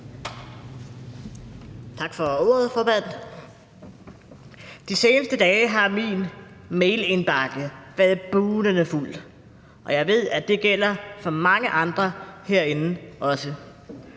Tak for ordet, formand. De seneste dage har min mailindbakke været bugnende fuld, og jeg ved, at det også gælder for mange andre herinde.